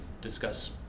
discuss